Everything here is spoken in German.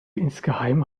insgeheim